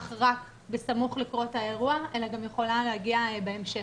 רק בסמוך לקרות האירוע אלא גם יכולה להגיע בהמשך.